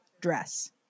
dress